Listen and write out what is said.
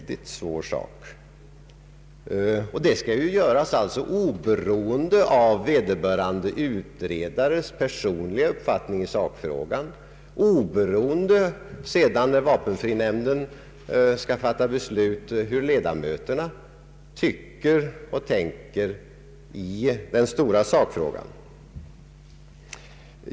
Detta skall göras oberoende av utredarens personliga uppfattning i sakfrågan och oberoende av hur ledamöterna i vapenfrinämnden tycker och tänker i den stora sakfrågan.